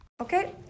Okay